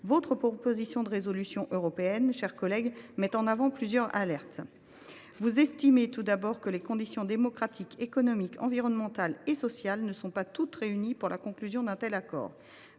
Votre proposition de résolution européenne, mes chers collègues, vise à alerter sur plusieurs points. Vous estimez tout d’abord que les conditions démocratiques, économiques, environnementales et sociales ne sont pas toutes réunies pour la conclusion d’un tel accord.